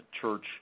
Church